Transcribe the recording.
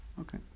okay